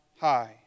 high